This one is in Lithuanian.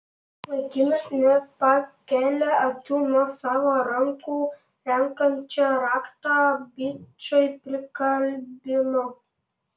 vaikinas nepakelia akių nuo savo rankų renkančių raktą bičai prikalbino